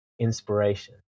inspiration